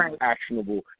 actionable